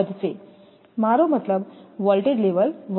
મારો મતલબ voltage level વધશે